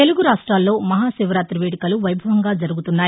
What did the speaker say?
తెలుగు రాష్ట్రాల్లో మహా శివరాతి వేదుకలు వైభవంగా జరుగుతున్నాయి